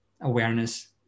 awareness